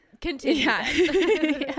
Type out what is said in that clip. continue